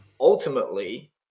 Ultimately